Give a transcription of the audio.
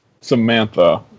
Samantha